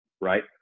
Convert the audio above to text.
Right